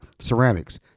ceramics